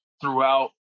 throughout